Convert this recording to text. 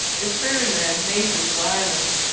its fairyland mazes of islands,